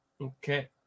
Okay